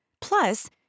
Plus